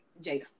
Jada